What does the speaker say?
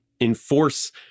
enforce